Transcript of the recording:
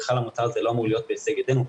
המוצר הזה בכלל לא אמור להיות בהישג ידנו,